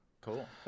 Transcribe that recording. cool